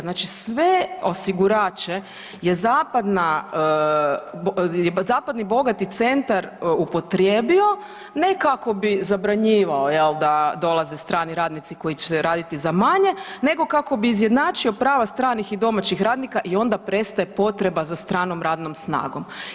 Znači sve osigurače je zapadna je zapadni bogati centar upotrijebio ne kako bi zabranjivao jel da dolaze strani radnici koji će raditi za manje nego kako bi izjednačio prava stranih i domaćih radnika i onda prestaje potreba za stranom radnom snagom.